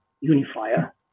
unifier